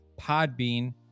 Podbean